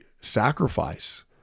sacrifice